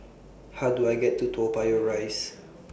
How Do I get to Toa Payoh Rise